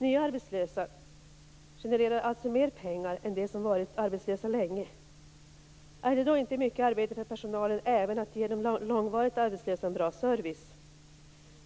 Nya arbetslösa genererar alltså mer pengar än de som har varit arbetslösa länge. Är det då inte mycket arbete för personalen även att ge de långvarigt arbetslösa en bra service?